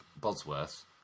Bosworth